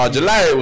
July